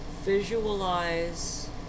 Visualize